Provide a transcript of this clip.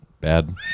Bad